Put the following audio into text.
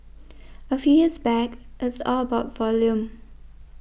a few years back it's all about volume